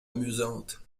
amusante